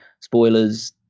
Spoilers